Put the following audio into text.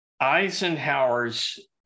Eisenhower's